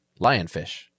lionfish